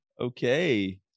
Okay